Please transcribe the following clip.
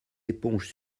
éponges